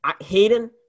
Hayden